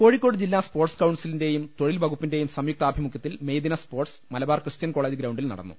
കോഴിക്കോട് ജില്ലാ സ്പോർട്സ് കൌൺസിലിന്റേയും തൊഴിൽ വകുപ്പിന്റേയും സംയുക്താഭിമുഖൃത്തിൽ മെയ്ദിന sports Malabar Christian college ഗ്രൌണ്ടിൽ നടന്നു